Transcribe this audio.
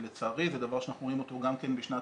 ולצערי זה דבר שאנחנו רואים אותו גם בשנת